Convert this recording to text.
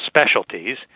Specialties